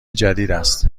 جدیداست